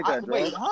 wait